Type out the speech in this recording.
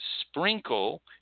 sprinkle